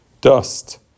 dust